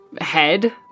head